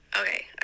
Okay